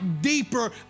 deeper